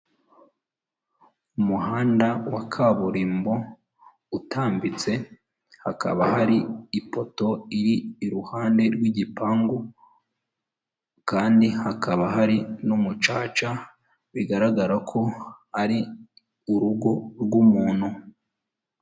Umuhanda wa kaburimbo utambitse, hakaba hari ipoto iri iruhande rw'igipangu kandi hakaba hari n'umucaca, bigaragara ko ari urugo rw'umuntu.